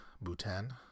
Bhutan